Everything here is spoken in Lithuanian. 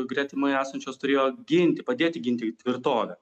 gretimai esančios turėjo ginti padėti ginti tvirtovę